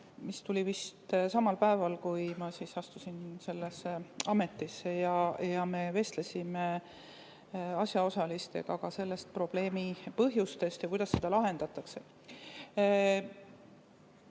mis tuli esile vist samal päeval, kui ma astusin sellesse ametisse, me vestlesime asjaosalistega ka selle probleemi põhjustest ja sellest, kuidas seda lahendatakse. Ka